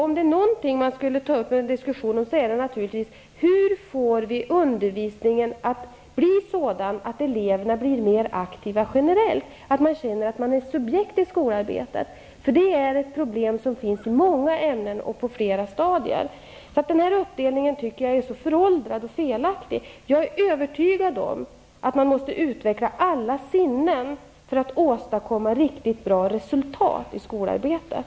Om det är någonting man bör ta upp en diskussion om så är det naturligtvis: Hur får vi undervisningen att bli sådan att eleverna generellt blir mer aktiva och känner att de är subjekt i skolarbetet? Det är ett problem som finns i många ämnen och på flera stadier. Jag tycker att den här uppdelningen är föråldrad och felaktig. Jag är övertygad om att man måste utveckla alla sinnen för att åstadkomma riktigt bra resultat i skolarbetet.